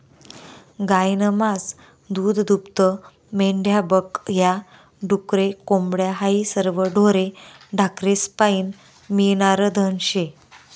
गायनं मास, दूधदूभतं, मेंढ्या बक या, डुकरे, कोंबड्या हायी सरवं ढोरे ढाकरेस्पाईन मियनारं धन शे